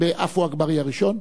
עפו אגבאריה, ראשון,